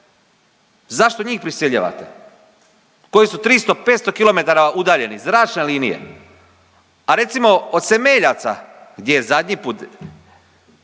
Zašto njih prisiljavate koji su 300, 500 km udaljeni zračne linije? A recimo od Semeljaca gdje je zadnji put